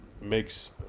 makes